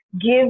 give